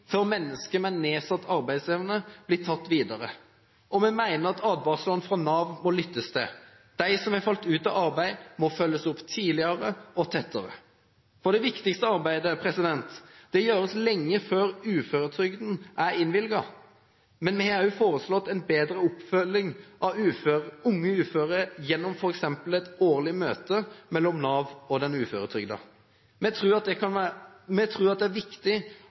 før mennesker med nedsatt arbeidsevne blir tatt videre. Og vi mener at advarslene fra Nav må lyttes til. De som har falt ut av arbeid, må følges opp tidligere og tettere, for det viktigste arbeidet gjøres lenge før uføretrygden er innvilget. Vi har også foreslått en bedre oppfølging av unge uføre gjennom f.eks. et årlig møte mellom Nav og den uføretrygdede. Vi tror det er viktig at uføre ikke blir glemt, nettopp fordi en del faktisk kan